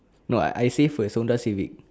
no I say first Honda Civic